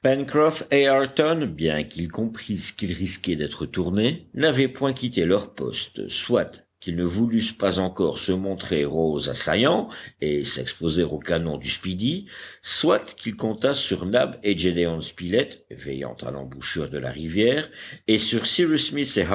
ayrton bien qu'ils comprissent qu'ils risquaient d'être tournés n'avaient point quitté leur poste soit qu'ils ne voulussent pas encore se montrer aux assaillants et s'exposer aux canons du speedy soit qu'ils comptassent sur nab et gédéon spilett veillant à l'embouchure de la rivière et sur